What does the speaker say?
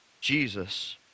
Jesus